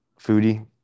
Foodie